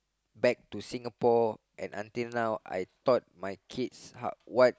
back to Singapore and until now I taught my kids how what